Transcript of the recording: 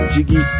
Jiggy